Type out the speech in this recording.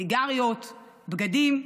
סיגריות, בגדים.